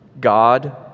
God